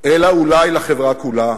אלא אולי לחברה כולה,